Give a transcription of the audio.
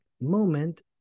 moment